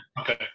Okay